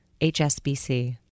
HSBC